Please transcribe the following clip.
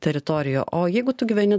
teritoriją o jeigu tu gyveni